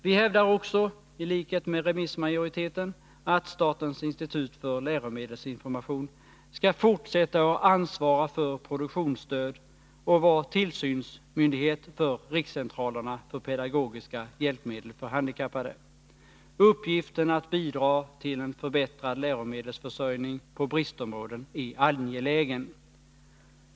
Vi hävdar också i likhet med remissmajoriteten att statens institut för läromedelsinformation skall fortsätta att ansvara för produktionsstöd och vara tillsynsmyndighet för rikscentralerna för pedagogiska hjälpmedel för handikappade. Uppgiften att bidra till en förbättrad läromedelsförsörjning på bristområden är angelägen.